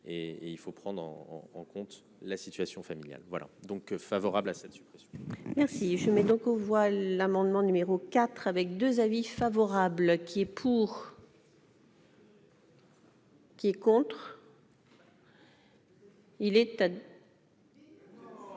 et il faut prendre en en compte la situation familiale, voilà donc favorables à cette suppression, merci, je mets donc. Aux l'amendement numéro 4 avec 2 avis favorable qui est pour. Qui est contre. Il est.